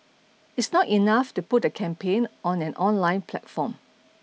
it's not enough to put a campaign on an online platform